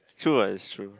true what it's true